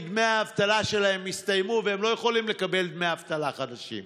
כי דמי האבטלה שלהם הסתיימו והם לא יכולים לקבל דמי אבטלה חדשים.